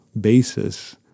basis